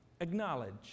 Acknowledge